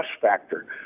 factor